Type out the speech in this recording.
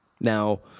Now